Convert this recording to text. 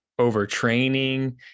overtraining